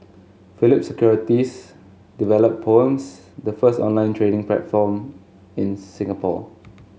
Phillip Securities developed Poems the first online trading platform in Singapore